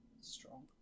strong